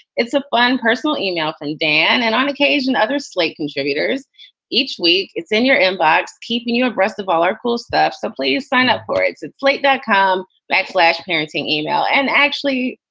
it's a planned personal email from dan and on occasion, other slate contributors each week. it's in your inbox keeping you abreast of all our cool stuff. so please sign up for it at slate dot com like slash parenting email. and actually,